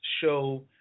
show